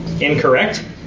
Incorrect